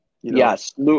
Yes